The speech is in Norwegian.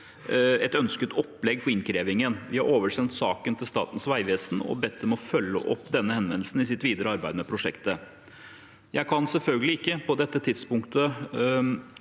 et ønsket opplegg for innkrevingen. Vi har oversendt saken til Statens vegvesen og bedt dem om å følge opp henvendelsen i sitt videre arbeid med prosjektet. Jeg kan på dette tidspunktet